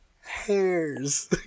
hairs